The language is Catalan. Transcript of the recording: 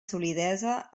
solidesa